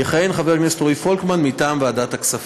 יכהן חבר הכנסת רועי פולקמן, מטעם ועדת הכספים.